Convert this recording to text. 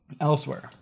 elsewhere